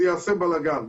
זה יעשה בלגאן.